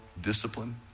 discipline